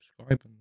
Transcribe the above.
subscribe